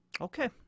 okay